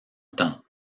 temps